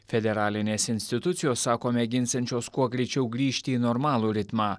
federalinės institucijos sako mėginsiančios kuo greičiau grįžti į normalų ritmą